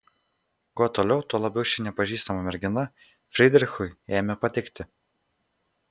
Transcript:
kuo toliau tuo labiau ši nepažįstama mergina frydrichui ėmė patikti